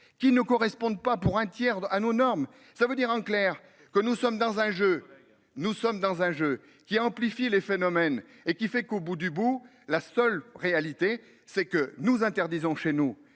qui ne correspondent pas pour un tiers à nos normes ça veut dire en clair que nous sommes dans un jeu. Nous sommes dans un jeu qui a amplifié les phénomènes et qui fait qu'au bout du bout, la seule réalité c'est que nous interdisons chez nous